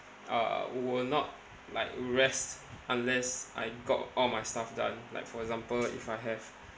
uh will not like rest unless I got all my stuff done like for example if I have